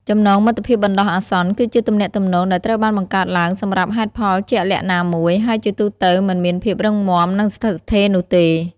ចំណងមិត្តភាពបណ្ដោះអាសន្នគឺជាទំនាក់ទំនងដែលត្រូវបានបង្កើតឡើងសម្រាប់ហេតុផលជាក់លាក់ណាមួយ ហើយជាទូទៅមិនមានភាពរឹងមាំនិងស្ថិតស្ថេរនោះទេ។